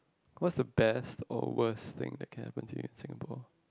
what's the best or worst thing that can happen in Singapore